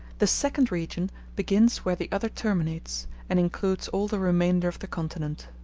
the second region begins where the other terminates, and includes all the remainder of the continent.